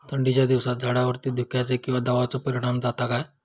थंडीच्या दिवसानी झाडावरती धुक्याचे किंवा दवाचो परिणाम जाता काय?